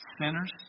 sinners